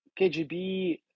KGB